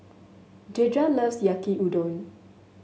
Dedra loves Yaki Udon